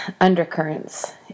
undercurrents